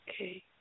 Okay